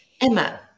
Emma